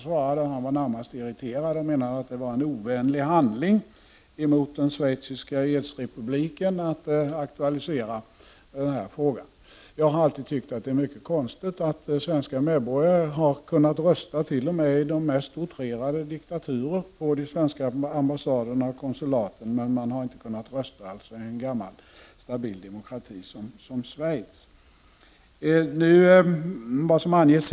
Han var närmast irriterad och menade att det var en ovänlig handling emot den schweiziska edsrepubliken att aktualisera denna fråga. Jag har alltid tyckt att det är mycket konstigt att svenska medborgare har kunnat rösta även i de mest utrerade diktaturer på de svenska ambassaderna och konsulaten, men inte i en gammal stabil demokrati som Schweiz.